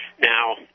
Now